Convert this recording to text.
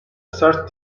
sert